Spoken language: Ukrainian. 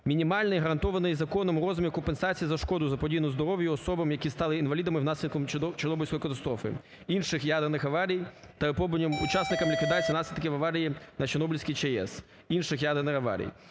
мінімальний гарантований законом розмір компенсації за шкоду, заподіяну здоров'ю особам, які стали інвалідами внаслідок Чорнобильської катастрофи, інших ядерних аварій та випробуваннях, учасникам ліквідації наслідків аварії на Чорнобильській ЧАЕС, інших ядерних аварій.